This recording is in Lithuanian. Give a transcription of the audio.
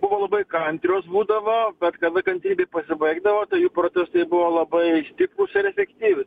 buvo labai kantrios būdavo bet kada kantrybė pasibaigdavo jų protestai buvo labai tikslūs ir efektyviu